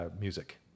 music